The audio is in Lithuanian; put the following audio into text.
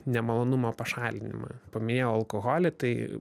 nemalonumo pašalinimą paminėjau alkoholį tai